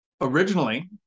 Originally